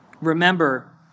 remember